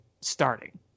starting